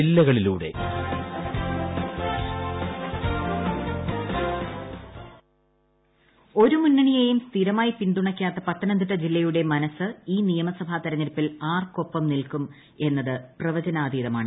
Pathanamthitta intro പ്രി ഒരു മുന്നണിയേയും സ്ഥിര്മായി പിന്തുണയ്ക്കാത്ത പത്തനംതിട്ട ജില്ലയുടെ മനസ് ഈ ന്യൂയ്മസഭാ തെരഞ്ഞെടുപ്പിൽ ആർക്കൊപ്പം നിൽക്കും എന്നത് പ്രവിച്ചനാതീതമാണ്